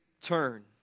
turn